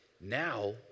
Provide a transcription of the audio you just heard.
Now